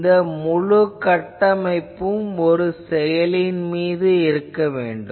இந்த முழு கட்டமைப்பும் இந்த செயலியின் மீது இருக்க வேண்டும்